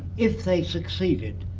if they succeeded,